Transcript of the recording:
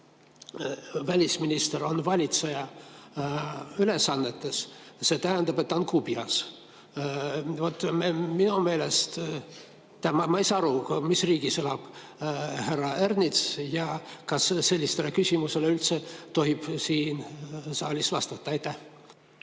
välisminister on valitseja ülesannetes, siis see tähendab, et ta on kubjas. Tähendab, ma ei saa aru, mis riigis elab härra Ernits ja kas sellistele küsimustele üldse tohib siin saalis vastata. Aitäh!